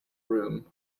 room